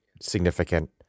significant